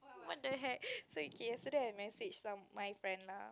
what the heck so okay yesterday I messaged some my friend lah